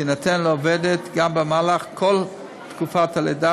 תינתן לעובדת גם במהלך כל תקופת הלידה